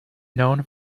known